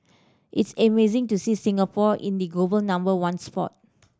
it's amazing to see Singapore in the global number one spot